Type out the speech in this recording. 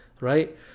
Right